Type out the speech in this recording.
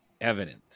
evident